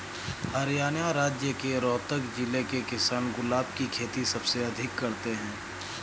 हरियाणा राज्य के रोहतक जिले के किसान गुलाब की खेती सबसे अधिक करते हैं